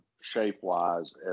shape-wise